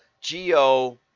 geo